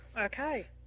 Okay